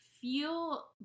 feel